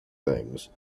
things